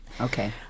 Okay